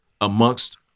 amongst